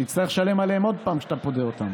תצטרך לשלם עליהן עוד פעם כשאתה פודה אותן.